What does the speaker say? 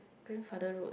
grandfather road